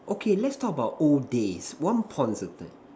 okay let's talk about old days once upon a time